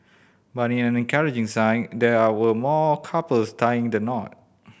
but in an encouraging sign there were more couples tying the knot